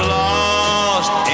lost